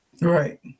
Right